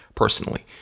personally